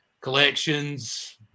collections